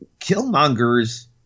killmonger's